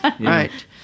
Right